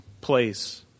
place